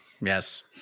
Yes